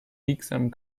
biegsamen